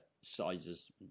sizes